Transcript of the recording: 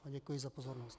Děkuji za pozornost.